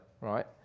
Right